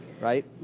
right